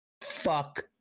Fuck